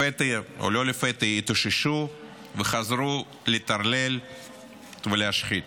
לפתע, או לא לפתע, התאוששו וחזרו לטרלל ולהשחית.